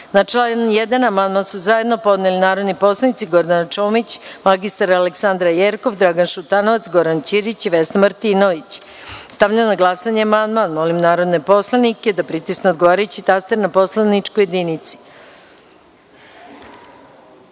član 1. amandman su zajedno podneli narodni poslanici Gordana Čomić, mr Aleksandra Jerkov, Dragan Šutanovac, Goran Ćirić i Vesna Martinović. Stavljam na glasanje amandman. Molim narodne poslanika da pritisnu odgovarajući taster na poslaničkoj